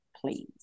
please